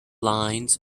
lines